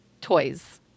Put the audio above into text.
toys